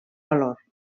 valor